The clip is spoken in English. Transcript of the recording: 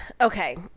Okay